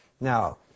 Now